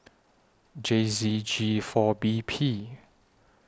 J Z G four B P